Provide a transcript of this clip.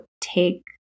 take